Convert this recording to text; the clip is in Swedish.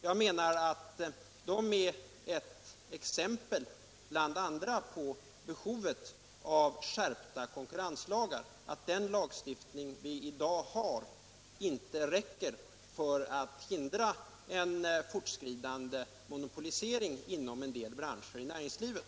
Jag menar att de är ett exempel bland andra på behovet av skärpta konkurrenslagar, att den lagstiftning vi har i dag inte räcker för att hindra en fortskridande mo « nopolisering inom en del branscher i näringslivet.